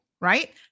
right